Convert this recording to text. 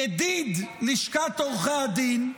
ידיד לשכת עורכי הדין.